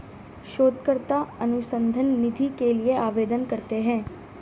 शोधकर्ता अनुसंधान निधि के लिए आवेदन करते हैं